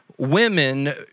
women